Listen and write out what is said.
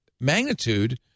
magnitude